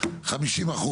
50%,